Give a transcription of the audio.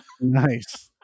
Nice